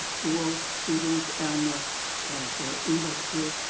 school students and ah like ah industry.